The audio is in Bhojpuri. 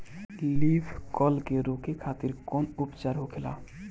लीफ कल के रोके खातिर कउन उपचार होखेला?